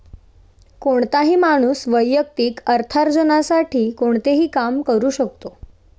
कोणताही माणूस वैयक्तिक अर्थार्जनासाठी कोणतेही काम करू शकतो